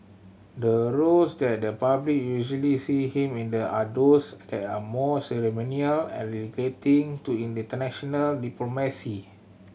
the roles that the public usually see him in the are those that are more ceremonial and relating to international diplomacy